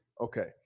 Okay